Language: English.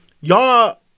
y'all